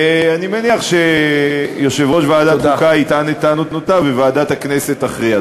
ואני מניח שיושב-ראש ועדת החוקה יטען את טענותיו וועדת הכנסת תכריע.